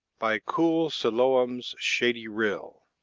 by cool siloam's shady rill.